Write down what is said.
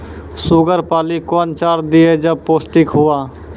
Sugar पाली कौन चार दिय जब पोस्टिक हुआ?